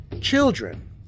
Children